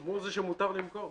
אמור זה שמותר למכור.